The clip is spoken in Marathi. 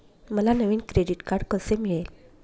मला नवीन क्रेडिट कार्ड कसे मिळेल?